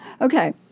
Okay